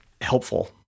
helpful